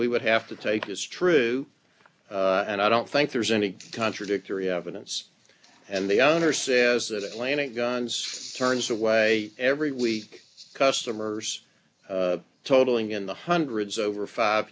we would have to take is true and i don't think there's any contradictory evidence and the owner says that atlantic guns turns away every week customers totaling in the hundreds over five